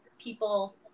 people